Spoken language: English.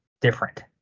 different